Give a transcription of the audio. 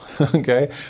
Okay